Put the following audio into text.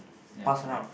ya correct